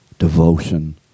Devotion